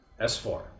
S4